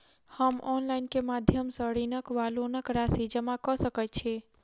हम ऑनलाइन केँ माध्यम सँ ऋणक वा लोनक राशि जमा कऽ सकैत छी?